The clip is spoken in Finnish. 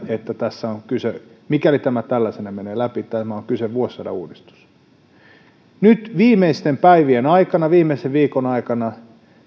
että mikäli tämä tällaisena menee läpi kyseessä on vuosisadan uudistus niin nyt viimeisten päivien aikana viimeisen viikon aikana